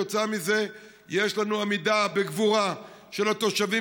כתוצאה מזה יש לנו עמידה בגבורה של התושבים